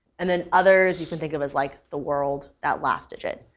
and then others you can think of as like the world, that last digit.